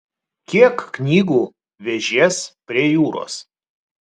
kiek knygų vežies prie jūros